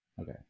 Okay